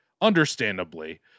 understandably